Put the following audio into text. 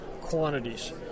quantities